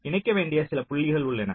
இணைக்க வேண்டிய சில புள்ளிகள் உள்ளன